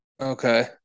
Okay